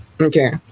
Okay